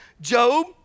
Job